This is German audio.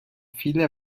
viele